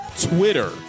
Twitter